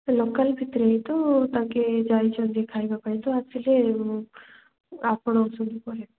local ଭିତରେ ହେଇ ତ ତାଙ୍କେ ଯାଇଛନ୍ତି ଖାଇବା ପାଇଁ ତ ଆସିଲେ ଆପଣ ଅଛନ୍ତି କହିବି